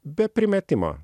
be primetimo